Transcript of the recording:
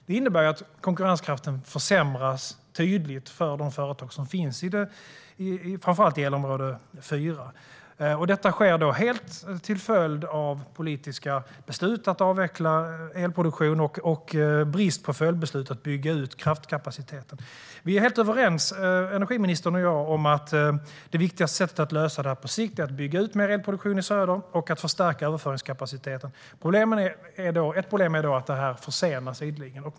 Det innebär att konkurrenskraften försämras tydligt för de företag som finns i framför allt elområde 4. Detta sker helt till följd av politiska beslut om att avveckla elproduktion och av brist på följdbeslut att bygga ut kraftkapaciteten. Energiministern och jag är helt överens om att det viktigaste sättet att lösa detta på sikt är att bygga ut mer elproduktion i söder och att förstärka överföringskapaciteten. Ett problem är dock att detta ideligen försenas.